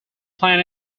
plan